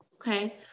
Okay